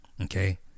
Okay